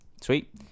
Sweet